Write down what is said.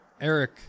Eric